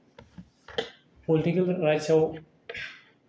political राइट्सआव